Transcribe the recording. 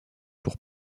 pour